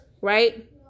right